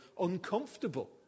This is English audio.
uncomfortable